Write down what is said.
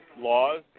laws